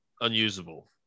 unusable